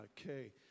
Okay